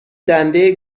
دنده